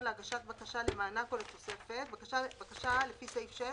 להגשת בקשה למענק או לתוספת 7. בקשה לפי סעיף 6